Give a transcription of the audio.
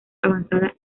avanzada